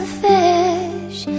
fish